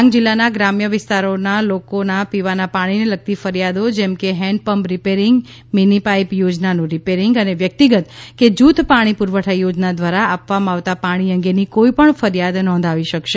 ડાંગ જિલ્લાના ગ્રામ્ય વિસ્તારનાલોકો પીવાના પાણીને લગતી ફરિયાદો જેમ કે હેન્ડપંપ રીપેરીંગ મીની પાઇપ યોજનાનું રીપેરીંગ અને વ્યક્તિગત કે જૂથ પાણી પુરવઠા યોજના દ્વારા આપવામાં આવતા પાણી અંગેની કોઇપણ ફરિયાદ નોંધાવી શકશે